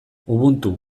ubuntu